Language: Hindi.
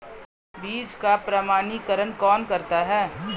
बीज का प्रमाणीकरण कौन करता है?